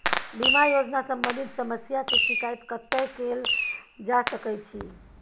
बीमा योजना सम्बंधित समस्या के शिकायत कत्ते कैल जा सकै छी?